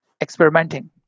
experimenting